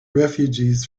refugees